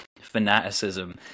fanaticism